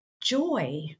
joy